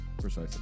Precisely